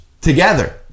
together